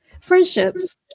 friendships